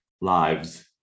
lives